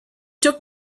took